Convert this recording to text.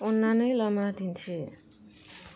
अन्नानै लामा दिन्थि